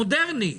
מודרני,